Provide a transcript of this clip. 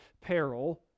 peril